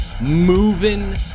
moving